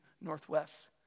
Northwest